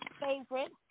favorite